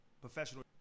Professional